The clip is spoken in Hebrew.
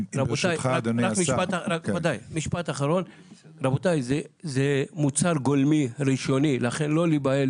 רבותיי, זה מוצר גולמי ראשוני, לכן לא להיבהל.